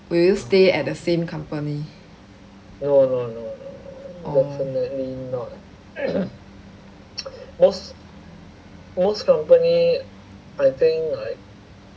will you stay at the same company oh